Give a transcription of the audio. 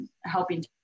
helping